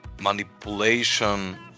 manipulation